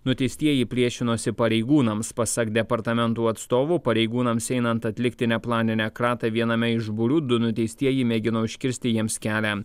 nuteistieji priešinosi pareigūnams pasak departamentų atstovų pareigūnams einant atlikti neplaninę kratą viename iš būrių du nuteistieji mėgino užkirsti jiems kelią